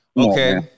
Okay